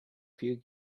few